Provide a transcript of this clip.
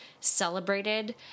celebrated